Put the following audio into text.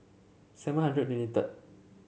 seven hundred and twenty third